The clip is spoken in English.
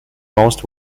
most